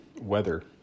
weather